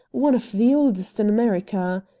one of the oldest in america.